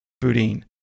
Boudin